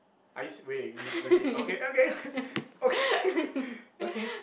are you se~ wait wait you you legit okay okay okay okay